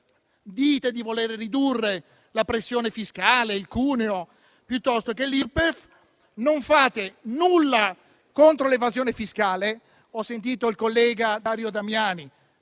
dite di voler ridurre la pressione fiscale, il cuneo o l'Irpef. Non fate nulla contro l'evasione fiscale. Ho sentito il collega Dario Damiani: